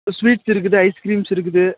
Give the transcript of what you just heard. sweets இருக்குது ice creams இருக்குது